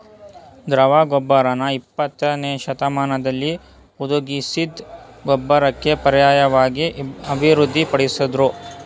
ದ್ರವ ಗೊಬ್ಬರನ ಇಪ್ಪತ್ತನೇಶತಮಾನ್ದಲ್ಲಿ ಹುದುಗಿಸಿದ್ ಗೊಬ್ಬರಕ್ಕೆ ಪರ್ಯಾಯ್ವಾಗಿ ಅಭಿವೃದ್ಧಿ ಪಡಿಸುದ್ರು